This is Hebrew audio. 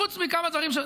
חוץ מכמה דברים.